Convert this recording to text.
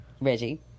Reggie